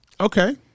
Okay